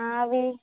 అవి